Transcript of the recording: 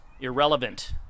irrelevant